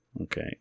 Okay